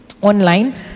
online